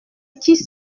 qui